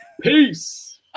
Peace